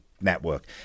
network